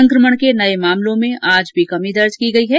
संक्रमण के नये मामलों में आज भी कमी दर्ज की गई है